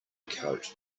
coat